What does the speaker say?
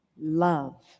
love